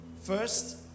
First